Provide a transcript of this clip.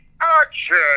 action